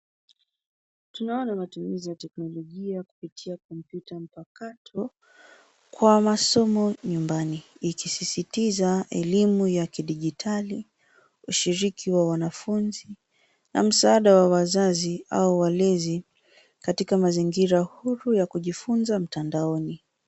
Tunaona matumizi ya teknolojia kupitia kompyuta mpakato kwa masomo nyumbani, ikisisitiza elimu ya kidijitali, ushiriki wa wanafunzi na msaada wa wazazi au walezi katika mazingira huru ya kujifunza mtandaoni.